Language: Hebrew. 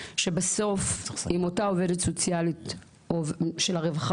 שבסוף אם אותה עובדת סוציאלית של הרווחה